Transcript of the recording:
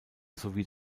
sowie